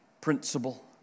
principle